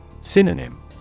Synonym